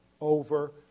over